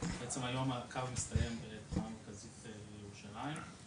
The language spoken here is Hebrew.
הקו כיום מסתיים בתחנה המרכזית בירושלים,